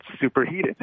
superheated